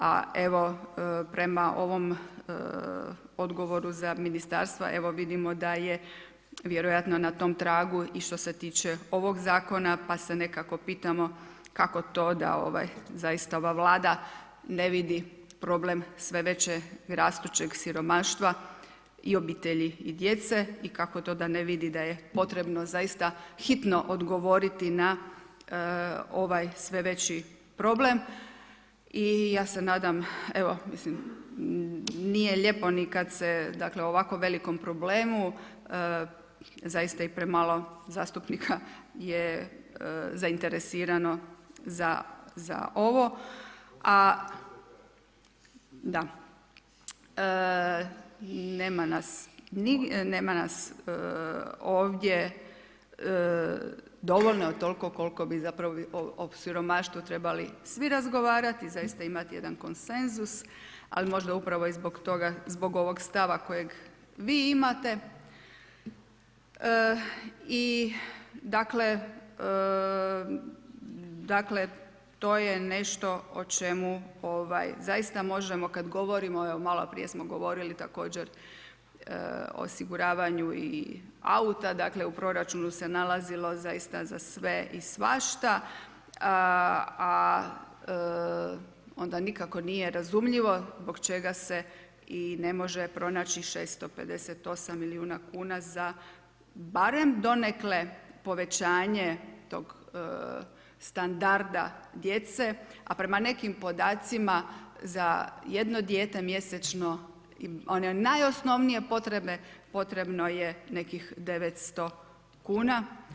A evo prema ovom odgovoru za ministarstva vidimo da je vjerojatno na tom tragu i što se tiče ovog zakona pa se nekako pitamo kako to da zaista ova Vlada ne vidi problem sve većeg rastućeg siromaštva i obitelji i djece i kako to da ne vidi da je potrebno zaista hitno odgovoriti na ovaj sve veći problem i ja se nadam evo, mislim, nije lijepo ni kada se dakle, o ovako velikom problemu zaista i premalo zastupnika je zainteresirano za ovo, a nema nas ovdje dovoljno, toliko koliko bi zapravo o siromaštvu trebali svi razgovarati i zaista imati jedan konsenzus, ali možda upravo i zbog ovoga stava kojeg vi imate i dakle, to je nešto o čemu zaista možemo, kad govorimo, evo malo prije smo govorili također o osiguravanju i auta, dakle, u proračunu se nalazilo zaista za sve i svašta, a onda nikako nije razumljivo zbog čega se i ne može pronaći 658 milijuna kuna za barem donekle, povećanje tog standarda djece, a prema nekim podacima, za jedno dijete mjesečno, one najosnovnije potrebe, potrebno je nekih 900 kuna.